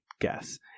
guess